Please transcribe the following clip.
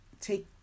take